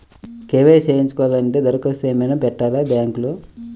KYC చేయించుకోవాలి అంటే దరఖాస్తు ఏమయినా పెట్టాలా బ్యాంకులో?